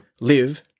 live